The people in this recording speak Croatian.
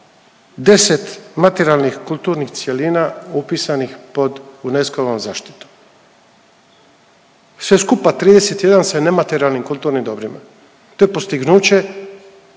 10 materijalnih kulturnih cjelina upisanih pod UNESKO-ovom zaštitom, sve skupa 31 sa nematerijalnim kulturnim dobrima, to je postignuće